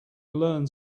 learn